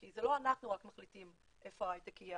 כי זה לא רק אנחנו מחליטים איפה ההייטק יהיה.